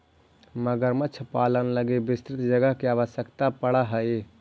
मगरमच्छ पालन लगी विस्तृत जगह के आवश्यकता पड़ऽ हइ